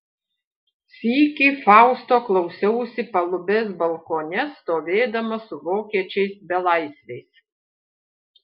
sykį fausto klausiausi palubės balkone stovėdama su vokiečiais belaisviais